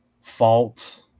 fault –